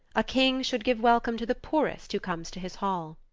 a king should give welcome to the poorest who comes to his hall.